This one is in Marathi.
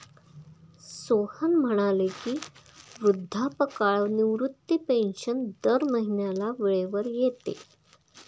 सोहन म्हणाले की, वृद्धापकाळ निवृत्ती पेन्शन दर महिन्याला वेळेवर येते